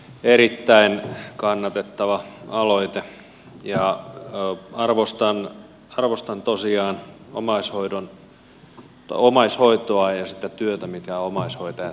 erittäin kannatettava aloite ja arvostan tosiaan omaishoitoa ja sitä työtä mitä omaishoitajat tekevät